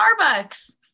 Starbucks